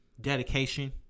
dedication